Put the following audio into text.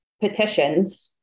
petitions